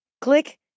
Click